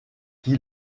qui